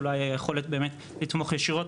אולי היכולת לתמוך ישירות,